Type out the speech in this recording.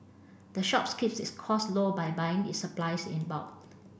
the shops keeps its costs low by buying its supplies in bulk